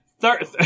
Third